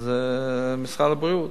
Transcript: זה משרד הבריאות,